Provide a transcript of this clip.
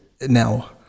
now